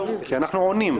כי אנחנו עונים.